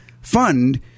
fund